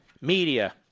media